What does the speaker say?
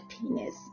penis